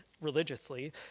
religiously